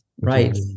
Right